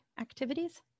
activities